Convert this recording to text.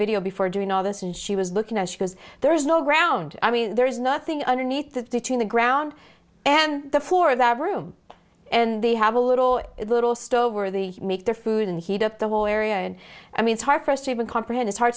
video before doing all this and she was looking at because there is no ground i mean there is nothing underneath that between the ground and the floor of abu and they have a little little stove or the make their food and heat up the whole area and i mean it's hard for us to even comprehend it's hard